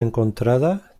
encontrada